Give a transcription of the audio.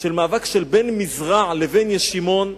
בין מזרע לבין ישימון,